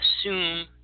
assume